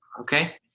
Okay